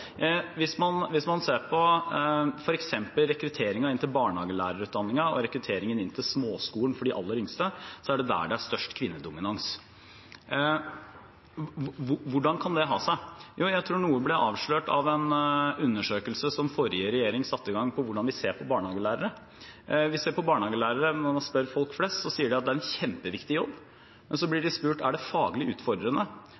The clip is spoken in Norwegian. Hvis man ser på f.eks. rekrutteringen inn til barnehagelærerutdanningen og rekrutteringen inn til småskolen for de aller yngste, er det der det er størst kvinnedominans. Hvordan kan det ha seg? Jo, jeg tror noe ble avslørt av en undersøkelse som forrige regjering satte i gang, om hvordan vi ser på barnehagelærere. Når man spør folk flest, sier de at det er en kjempeviktig jobb. Så